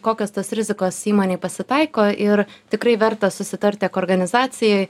kokios tos rizikos įmonėj pasitaiko ir tikrai verta susitart tiek organizacijoj